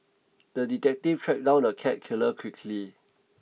the detective tracked down the cat killer quickly